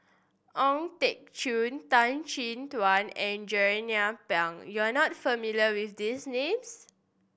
Ong Teng Cheong Tan Chin Tuan and Jernnine Pang you are not familiar with these names